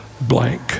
blank